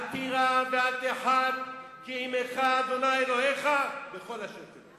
אל תירא ואל תחת כי עמך ה' אלוהיך בכל אשר תלך.